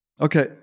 Okay